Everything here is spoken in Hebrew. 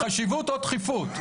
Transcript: חשיבות או דחיפות.